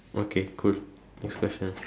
okay cool next question